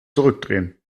zurückdrehen